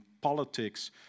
politics